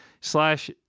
slash